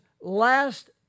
last